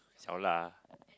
xiao la:小辣 ah